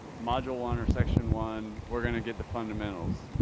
module one or section one, we're going to get the fundamentals.